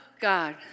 God